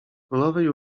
królowej